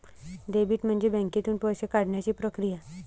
debit म्हणजे बँकेतून पैसे काढण्याची प्रक्रिया